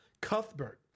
Cuthbert